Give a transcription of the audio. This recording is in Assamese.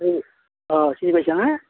এই অঁ চিনি পাইছানে